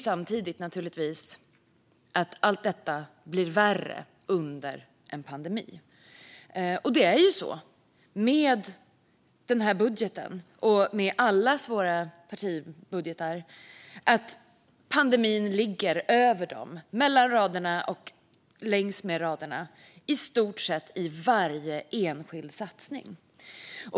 Samtidigt ser vi att allt detta blir värre under en pandemi. I den här budgeten - och i allas våra partibudgetar - ligger pandemin över raderna, mellan raderna och längs med raderna, i stort sett i varje enskild satsning.